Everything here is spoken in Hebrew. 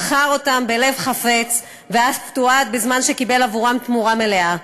מכר אותם בלב חפץ ואף תועד בזמן שקיבל עבורם תמורה מלאה.